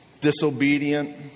Disobedient